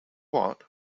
what